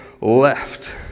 left